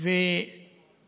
אם